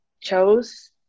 chose